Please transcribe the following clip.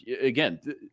again